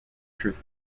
truth